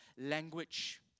language